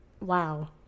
wow